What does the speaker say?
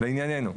לענייננו.